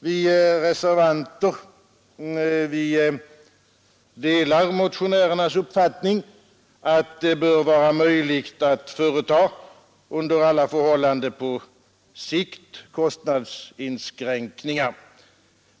Vi reservanter delar motionärernas uppfattning att det bör vara möjligt, under alla förhållanden på sikt, att företa kostnadsinskränkningar.